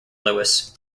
louis